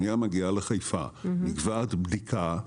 אנייה מגיעה לנמל חיפה, נקבעת בדיקה,